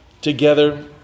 together